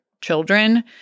children